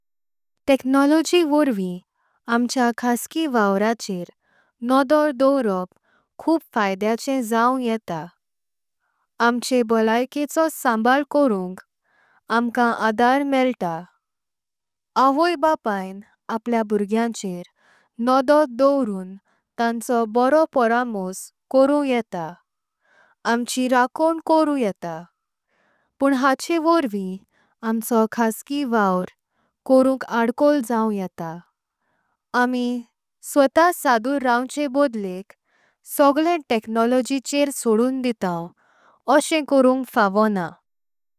टेक्नोलॉजी वरवीं आमच्या खासगी वावरचेर नजर दवरोप। खूब फायदेंचं जाऊं येता आमचे बोल्लाइकेंचो संभाळ्ल करुंक। आमकां आधार मेळटा आवई बापां आपल्य भुर्ग्यांचार नजर। दवरून तांचो बरो पारामोस करूंच येता आमची राखण। करूंच येता पण हाचें वरवीं आमचो खासगी वावर करुंक। आडकोळ जाऊं येता आमी स्वत साधुर रांवचें बोल्डेक। सगळें टेक्नोलॉजी चेर सोडून दितांव असेम करुंक फावो ना।